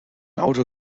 auto